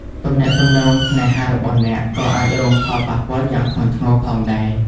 ទំនាក់ទំនងស្នេហារបស់អ្នកក៏អាចរងផលប៉ះពាល់យ៉ាងធ្ងន់ធ្ងរផងដែរ។